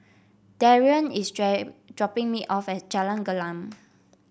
Darrian is dropping me off at Jalan Gelam